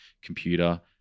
computer